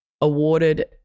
awarded